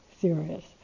serious